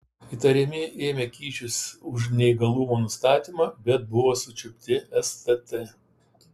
įtariami ėmę kyšius už neįgalumo nustatymą bet buvo sučiupti stt